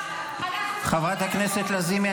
--- חברת הכנסת לזימי,